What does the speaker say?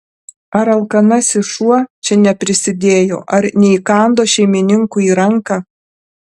ar alkanasis šuo čia neprisidėjo ar neįkando šeimininkui į ranką